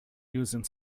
using